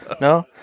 no